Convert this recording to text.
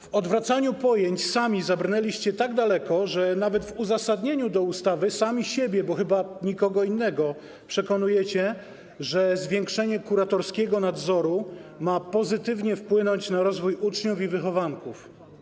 W odwracaniu pojęć sami zabrnęliście tak daleko, że nawet w uzasadnieniu ustawy sami siebie, bo chyba nikogo innego, przekonujecie, że zwiększenie kuratorskiego nadzoru ma pozytywnie wpłynąć na rozwój uczniów i wychowanków.